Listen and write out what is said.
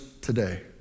today